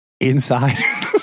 Inside